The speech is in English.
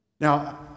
Now